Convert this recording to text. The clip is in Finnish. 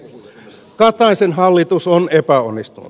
kataisen hallitus on epäonnistunut